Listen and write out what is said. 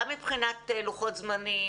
גם מבחינת לוחות זמנים,